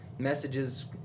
Messages